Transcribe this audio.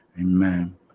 amen